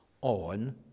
on